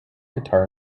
guitar